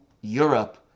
Europe